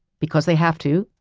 because they have to,